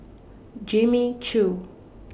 Jimmy Choo